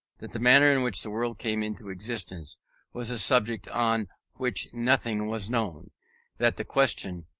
that the manner in which the world came into existence was a subject on which nothing was known that the question,